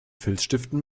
filzstiften